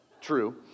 True